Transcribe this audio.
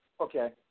Okay